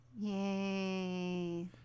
Yay